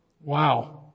Wow